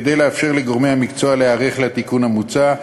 כדי לאפשר לגורמי המקצוע להיערך לתיקון המוצע,